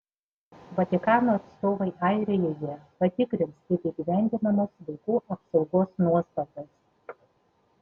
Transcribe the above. vatikano atstovai airijoje patikrins kaip įgyvendinamos vaikų apsaugos nuostatos